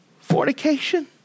fornication